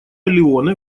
леоне